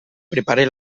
prepare